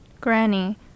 Granny